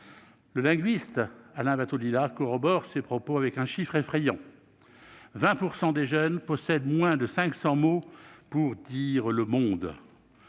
Le linguiste Alain Bentolila corrobore ces propos avec un chiffre effrayant :« 20 % des jeunes possèdent moins de 500 mots pour dire le monde.